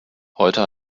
heute